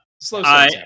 slow